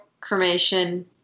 cremation